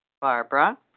Barbara